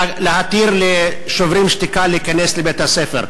החלטות שלא עולות בקנה אחד עם הסמכות של השר?